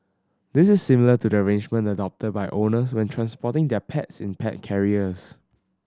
this is similar to the arrangement adopted by owners when transporting their pets in pet carriers